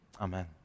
Amen